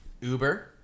Uber